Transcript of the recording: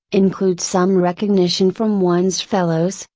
include some recognition from one's fellows,